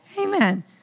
Amen